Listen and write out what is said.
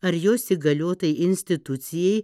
ar jos įgaliotai institucijai